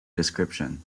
description